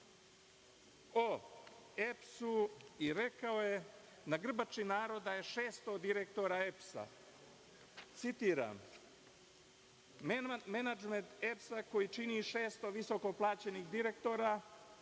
o EPS-u i rekao je – na grbači naroda je 600 direktora EPS. Citiram – menadžment EPS, koji čini 600 visokoplaćenih direktora